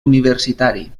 universitari